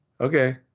okay